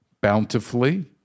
bountifully